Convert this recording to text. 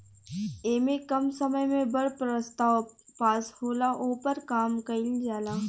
ऐमे कम समय मे बड़ प्रस्ताव पास होला, ओपर काम कइल जाला